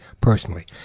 personally